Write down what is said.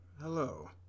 hello